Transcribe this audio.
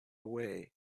away